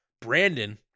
Brandon